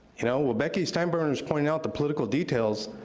you know, when becky steinbruner is pointing out the political details,